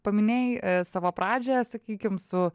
paminėjai savo pradžią sakykim su